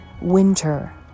winter